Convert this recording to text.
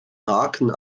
haken